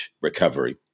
recovery